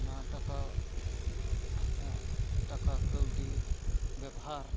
ᱚᱱᱟ ᱴᱟᱠᱟ ᱴᱟᱠᱟ ᱠᱟᱹᱣᱰᱤ ᱵᱮᱣᱦᱟᱨ